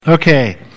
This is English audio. Okay